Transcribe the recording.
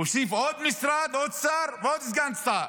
הוא הוסיף עוד משרד, עוד שר, עוד סגן שר.